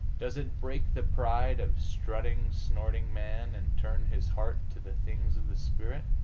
does it break the pride of strutting, snorting man, and turn his heart to the things of the spirit?